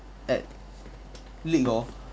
at league hor